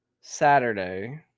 Saturday